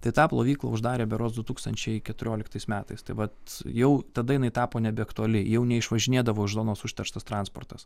tai tą plovyklą uždarė berods du tūkstančiai keturioliktais metais tai vat jau tada jinai tapo nebeaktuali jau ne išvažinėdavo iš zonos užterštas transportas